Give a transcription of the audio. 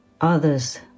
others